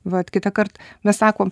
vat kitąkart mes sakom